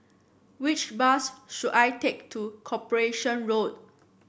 which bus should I take to Corporation Road